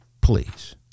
please